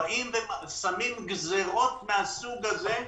עכשיו מטילים גזירות מן הסוג הזה?